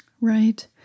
Right